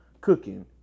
cooking